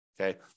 Okay